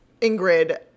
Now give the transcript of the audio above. Ingrid